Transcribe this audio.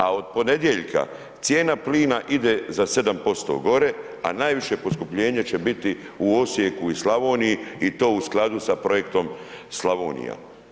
A od ponedjeljka cijena plina ide za 7% gore a najviše poskupljenje će biti u Osijeku i Slavoniji i to u skladu sa projektom Slavonija.